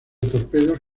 torpedos